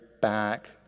back